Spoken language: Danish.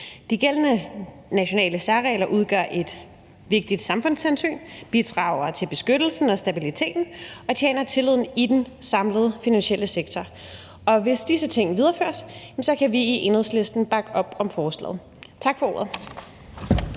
De gældende nationale særregler udgør et vigtigt samfundshensyn, bidrager til beskyttelsen af stabiliteten og tjener tilliden til den samlede finansielle sektor. Og hvis disse ting videreføres, kan vi i Enhedslisten bakke op om forslaget. Tak for ordet.